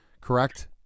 correct